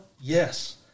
Yes